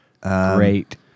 Great